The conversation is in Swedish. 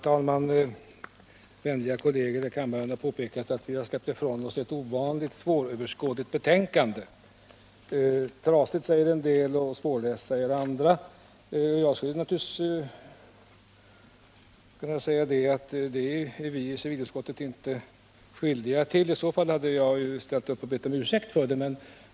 Herr talman! Vänliga kolleger i kammaren har påpekat att civilutskottet har släppt ifrån sig ett ovanligt svåröverskådligt betänkande. Trasigt, säger en del. Svårläst, säger andra. Jag skulle kunna säga att vi i civilutskottet inte är skyldiga till det — i så fall hade jag bett om ursäkt för det.